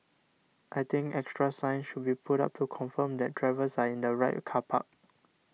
I think extra signs should be put up to confirm that drivers are in the right car park